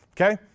Okay